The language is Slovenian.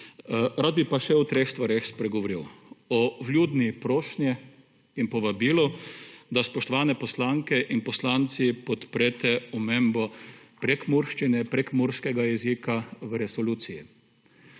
Rad bi pa še o treh stvareh spregovoril. O vljudni prošnji in povabilu, da spoštovane poslanke in poslanci podprete omembo prekmurščine, prekmurskega jezika v resoluciji.